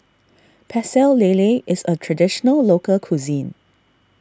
Pecel Lele is a Traditional Local Cuisine